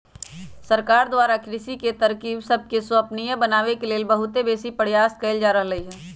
सरकार द्वारा कृषि के तरकिब सबके संपोषणीय बनाबे लेल बहुत बेशी प्रयास कएल जा रहल हइ